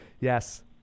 yes